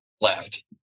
left